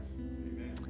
amen